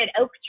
oak